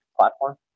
platform